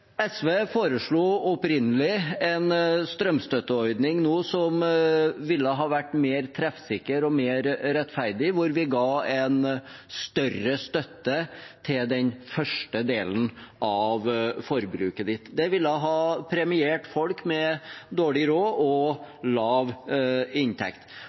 SV foreslo opprinnelig en strømstøtteordning nå som ville ha vært mer treffsikker og mer rettferdig, hvor vi ga en større støtte til den første delen av forbruket. Det ville ha premiert folk med dårlig råd og lav inntekt.